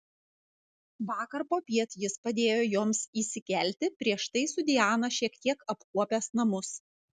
vakar popiet jis padėjo joms įsikelti prieš tai su diana šiek tiek apkuopęs namus